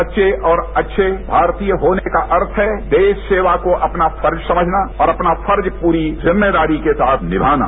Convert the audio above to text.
सच्चे और अच्छे भारतीय होने का अर्थ है देश सेवा को अपना फर्ज समझना और अपना फर्ज पूरी जिम्मेदारी के साथ निभाना